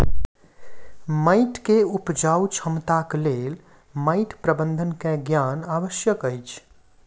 माइट के उपजाऊ क्षमताक लेल माइट प्रबंधन के ज्ञान आवश्यक अछि